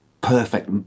perfect